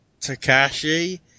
Takashi